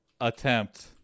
attempt